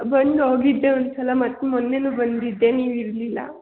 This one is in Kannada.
ಬಂದು ಹೋಗಿದ್ದೆ ಒಂದು ಸಲ ಮತ್ತು ಮೊನ್ನೆನೂ ಬಂದಿದ್ದೆ ನೀವು ಇರಲಿಲ್ಲ